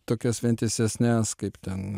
tokias vientisesnes kaip ten